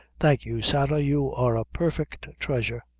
thank you, sarah you are a perfect treasure.